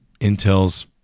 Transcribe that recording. Intel's